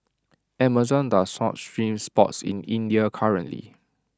Amazon does not stream sports in India currently